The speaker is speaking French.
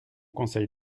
conseil